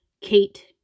Kate